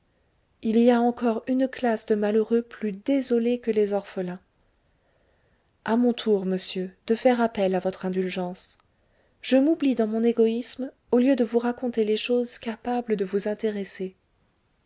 il y a encore une classe de malheureux plus désolés que les orphelins a mon tour monsieur de faire appel à votre indulgence je m'oublie dans mon égoïsme au lieu de vous raconter les choses capables de vous intéresser